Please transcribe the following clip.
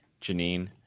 janine